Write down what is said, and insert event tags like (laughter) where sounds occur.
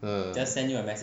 (noise)